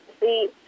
see